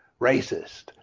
racist